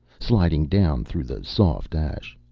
sliding down through the soft ash.